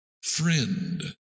friend